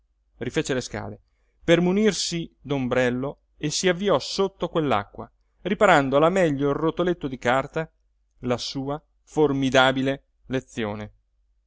rifece le scale per munirsi d'ombrello e si avviò sotto quell'acqua riparando alla meglio il rotoletto di carta la sua formidabile lezione